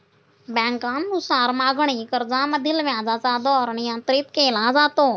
बँकांनुसार मागणी कर्जामधील व्याजाचा दर नियंत्रित केला जातो